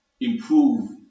improve